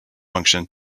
function